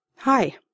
Hi